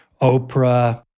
Oprah